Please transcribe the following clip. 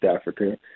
Africa